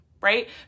right